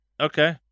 Okay